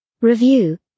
Review